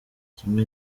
kimwe